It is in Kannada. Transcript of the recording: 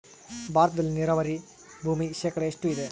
ಭಾರತದಲ್ಲಿ ನೇರಾವರಿ ಭೂಮಿ ಶೇಕಡ ಎಷ್ಟು ಇದೆ?